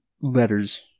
letters